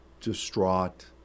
distraught